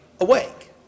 awake